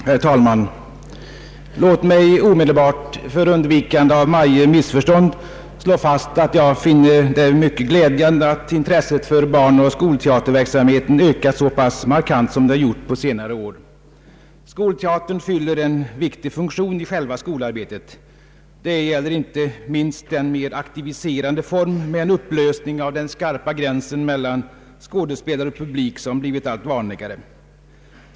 Herr talman! Låt mig omedelbart, för undvikande av varje missförstånd, slå fast att jag finner det mycket glädjande att intresset för barnoch skolteaterverksamheten ökat så pass markant som den gjort på senare år. Skolteatern fyller en viktig funktion i själva skolarbetet. Det gäller inte minst den mera aktiviserande form, med en upplösning av den skarpa gränsen mellan skådespelare och publik, som blivit. allt vanligare.